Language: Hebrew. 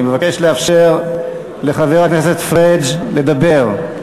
אני מבקש לאפשר לחבר הכנסת פריג' לדבר.